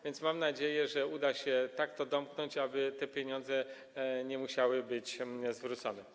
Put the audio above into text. Więc mam nadzieję, że uda się tak to domknąć, aby te pieniądze nie musiały być zwrócone.